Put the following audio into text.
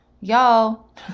Y'all